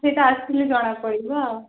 ସେଇଟା ଆସିଲେ ଜଣାପଡ଼ିବ ଆଉ